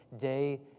day